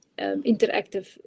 interactive